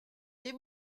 des